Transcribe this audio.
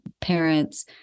parents